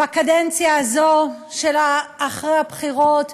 בקדנציה הזאת של אחרי הבחירות,